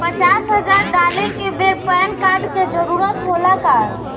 पचास हजार डाले के बेर पैन कार्ड के जरूरत होला का?